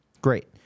Great